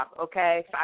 okay